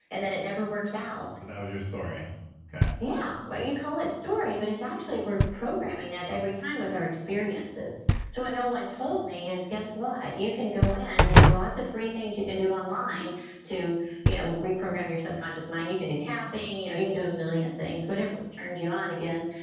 and then it never works out so, that was your story yeah, what you call it story. but it's actually, we're programming that every time with our experiences so what no one told me is, guess what? ah you can go in and there's lots of free things you can do online to you know reprogram your subconscious mind. you can do tapping, you know you can do a million things, whatever turns you on again.